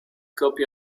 copy